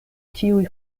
tiuj